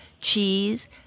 Cheese